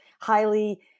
highly